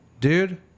Dude